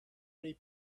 many